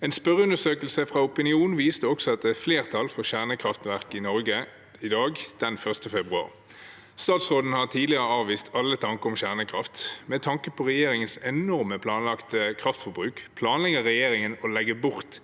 En spørreundersøkelse fra Opinion viste også at det er flertall for kjernekraft i Norge i dag. Statsråden har tidligere avvist alle tanker om kjernekraft. Med tanke på regjeringens enorme planlagte kraftforbruk – planlegger regjeringen å legge bort